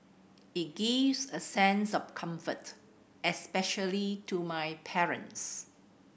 it gives a sense of comfort especially to my parents